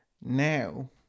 now